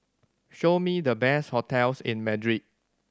show me the best hotels in Madrid